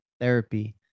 Therapy